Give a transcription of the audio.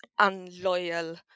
unloyal